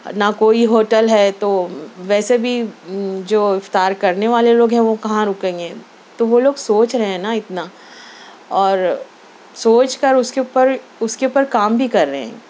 نہ کوئی ہوٹل ہے تو ویسے بھی جو افطار کرنے والے لوگ ہیں وہ کہاں رکیں گے تو وہ لوگ سوچ رہے ہیں نا اتنا اور سوچ کر اُس کے اُوپر اُس کے اُوپر کام بھی کر رہے ہیں